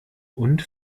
und